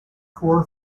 core